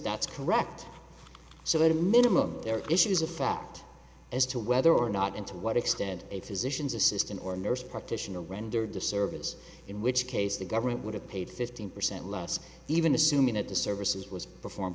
that's correct so at a minimum there are issues of fact as to whether or not and to what extent a physician's assistant or nurse practitioner rendered the service in which case the government would have paid fifteen percent less even assuming that the services was perform